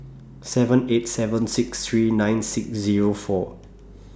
seven eight seven six three nine six Zero four